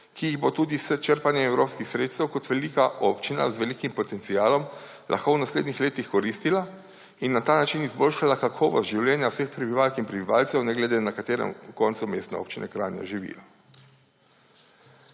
ki jih bo tudi s črpanjem evropskih sredstev kot velika občina z velikim potencialom lahko v naslednjih letih koristila in na ta način izboljšala kakovost življenja vseh prebivalk in prebivalcev ne glede na to, na katerem koncu Mestne občine Kranj živijo.